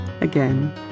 Again